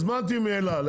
הזמנתי כרטיס באל על.